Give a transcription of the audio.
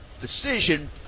decision